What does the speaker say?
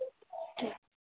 اچھا